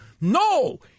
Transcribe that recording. No